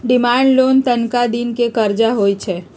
demand loan तनका दिन के करजा होइ छइ